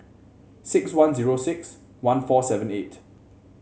six one zero six one four seven eight